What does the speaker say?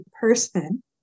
person